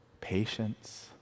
patience